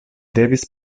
devis